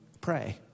pray